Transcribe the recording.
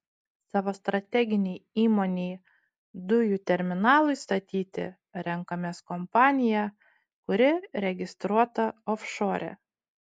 savo strateginei įmonei dujų terminalui statyti renkamės kompaniją kuri registruota ofšore